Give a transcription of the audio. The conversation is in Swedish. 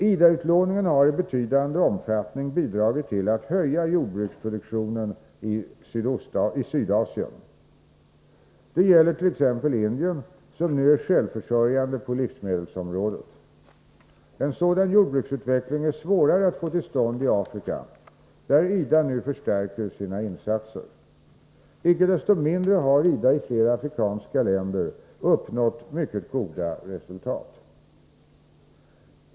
IDA-utlåningen har i betydande omfattning bidragit till att höja jordbruksproduktionen i Sydasien. Det gäller t.ex. Indien, som nu är självförsörjande på livsmedelsområdet. En sådan jordbruksutveckling är svårare att få till stånd i Afrika, där IDA nu förstärker sina insatser. Icke desto mindre har IDA i flera afrikanska länder uppnått mycket goda resultat.